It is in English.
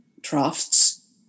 drafts